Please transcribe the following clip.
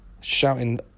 shouting